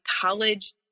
college